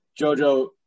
JoJo